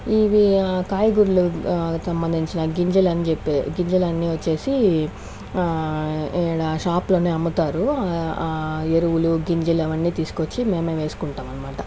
ఇవి కాయగూరలు సంబంధించిన గింజలు అని చెప్పి గీజలన్నీ వచ్చేసి ఈడ షాప్ లోనే అమ్ముతారు ఆ ఎరువులు గింజలు అవన్నీ తీసుకొచ్చి మేమే వేసుకుంటామనమాట